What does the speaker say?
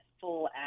full